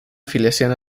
afiliación